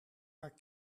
paar